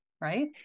right